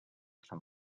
san